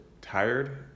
tired